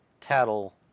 Tattle